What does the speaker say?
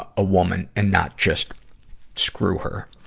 ah a woman and not just screw her.